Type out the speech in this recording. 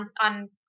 on